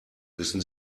wissen